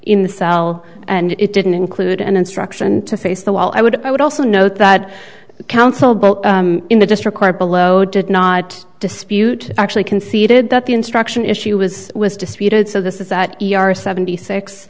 in the cell and it didn't include an instruction to face the wall i would i would also note that the counsel both in the district court below did not dispute actually conceded that the instruction issue was was disputed so this is at e r s seventy six